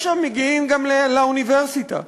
יש המגיעים גם לאוניברסיטה.